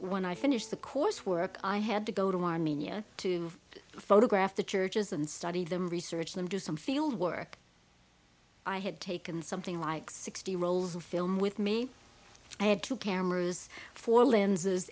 when i finished the course work i had to go to armenia to photograph the churches and study them research them do some field work i had taken something like sixty rolls of film with me i had two cameras for lenses